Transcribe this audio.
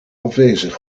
afwezig